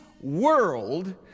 world